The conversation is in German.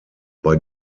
bei